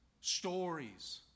stories